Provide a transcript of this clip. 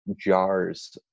jars